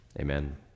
Amen